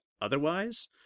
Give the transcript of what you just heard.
otherwise